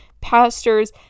pastors